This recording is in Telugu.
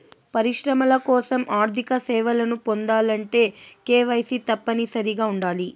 పరిశ్రమల కోసం ఆర్థిక సేవలను పొందాలంటే కేవైసీ తప్పనిసరిగా ఉండాలి